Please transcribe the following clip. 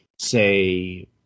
Say